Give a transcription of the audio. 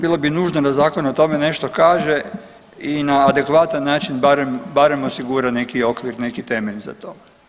Bilo bi nužno da zakon o tome nešto kaže i na adekvatan način barem, barem osigura neki okvir i neki temelj za to.